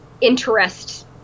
interest